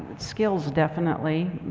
skills definitely,